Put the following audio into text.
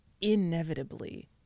inevitably